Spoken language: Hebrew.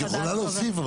את יכולה להוסיף,